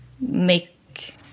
make